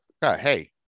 Hey